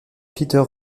peter